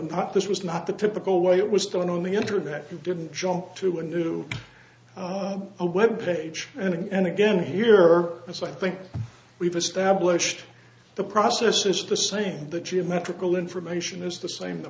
not this was not the typical way it was done on the internet you didn't jump through and do a web page and again here as i think we've established the process is the same the geometrical information is the same the